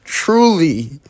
Truly